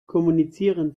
kommunizieren